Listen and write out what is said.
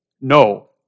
No